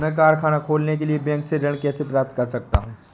मैं कारखाना खोलने के लिए बैंक से ऋण कैसे प्राप्त कर सकता हूँ?